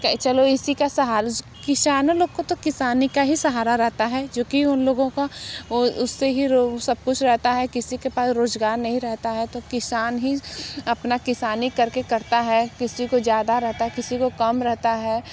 कहे चलो इसी का सहारा से किसानों लोग को तो किसानी का ही सहारा रहता है जो कि उन लोगों का उससे ही रो सब कुछ रहता है किसी के पास रोज़गार नहीं रहता है तो किसान ही अपना किसानी करके करता है किसी को ज़्यादा रहता किसी को कम रहता है